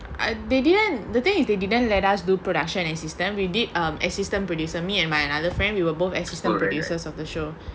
err they didn't the thing is they didn't let us do production assistant we did um assistant producer me and my another friend we were both assistant producers of the show